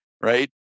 right